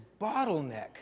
bottleneck